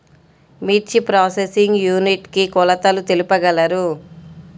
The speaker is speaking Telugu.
మిర్చి ప్రోసెసింగ్ యూనిట్ కి కొలతలు తెలుపగలరు?